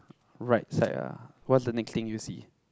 right side ah what's the next thing you see